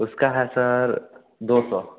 उसका है सर दो सौ